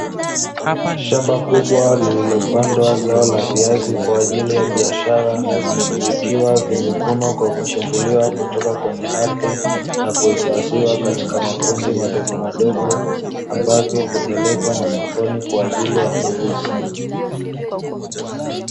Shamba kubwa lililopandwa zao la viazi kwa ajili ya biashara likiwa limevunwa kwa kuchimbuliwa kutoka kwenye ardhi na kuifadhiwa katika makundi madogo madogo ambayo hupelekwa masokoni kwa ajili ya kuuzwa.